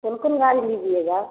कौन कौन गाड़ी लीजिएगा